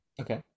Okay